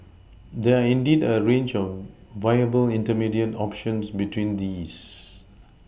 there are indeed a range of viable intermediate options between these